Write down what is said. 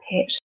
pet